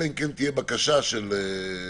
אלא אם כן תהיה בקשה של האסיר.